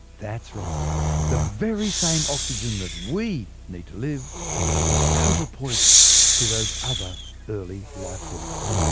that's right the very same oxygen that we need to live was total poison to those other early life forms.